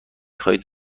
خواهید